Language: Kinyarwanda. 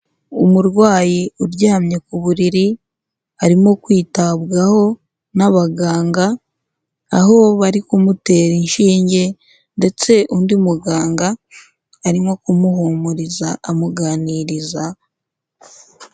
Umurwayi uryamye ku buriri, arimo kwitabwaho n'abaganga, aho bari kumutera inshinge ndetse undi muganga arimo kumuhumuriza, amuganiriza...